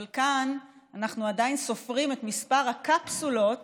אבל כאן אנחנו עדיין סופרים את מספר הקפסולות